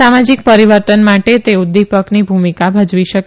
સામાજિક પરીવર્તન માટે તે ઉદૃપકની ભૂમિકા ભજવી શકે